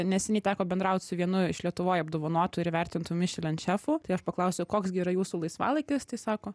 neseniai teko bendraut su vienu iš lietuvoj apdovanotų ir įvertintų mišelin šefų tai aš paklausiau koks gi yra jūsų laisvalaikis tai sako